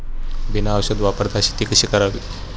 बिना औषध वापरता शेती कशी करावी?